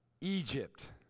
Egypt